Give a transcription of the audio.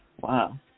Wow